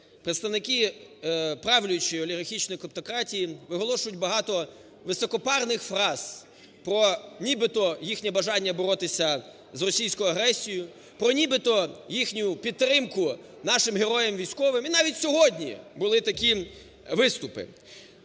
представники правлячої олігархічної клептократії виголошують багато високопарних фраз про нібито їхнє бажання боротися з російською агресією, про нібито їхню підтримку нашим героям-військовим. І навіть сьогодні були такі виступи.